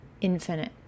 infinite